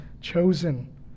chosen